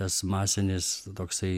tas masinis toksai